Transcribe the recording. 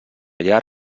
llar